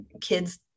kids